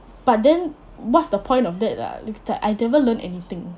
but then what's the point of that ah it's like I never learn anything